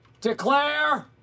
declare